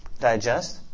Digest